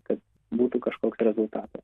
kad būtų kažkoks rezultatas